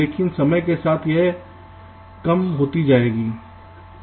लेकिनसमय के साथ यह कम होती जाएगी